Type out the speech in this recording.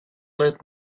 let